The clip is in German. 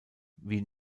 wie